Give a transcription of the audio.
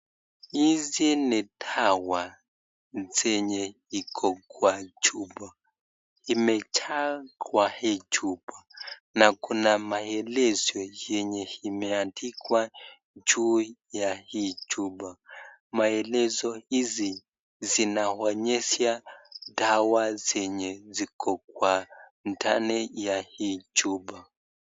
Hizi ni dawa ambazo ziko kwenye chupa. Zimejaa kwenye chupa na kuna maelezo yaliyoandikwa kwenye chupa. Maelezo haya yanaonyesha dawa zilizo ndani ya chupa.